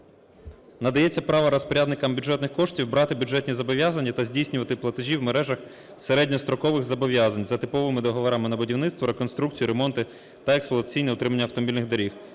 Надається право розпорядникам бюджетних коштів брати бюджетні зобов'язання та здійснювати платежі в мережах середньострокових зобов'язань за типовими договорами на будівництво, реконструкцію, ремонти та експлуатаційне утримання автомобільних доріг.